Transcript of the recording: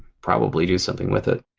probably do something with it.